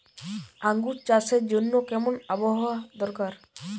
আঙ্গুর চাষের জন্য কেমন আবহাওয়া দরকার?